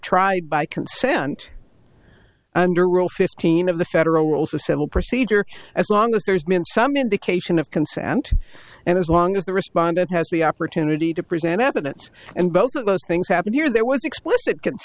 tried by consent under rule fifteen of the federal rules of civil procedure as long as there's been some indication of consent and as long as the respondent has the opportunity to present evidence and both of those things happened here there was explicit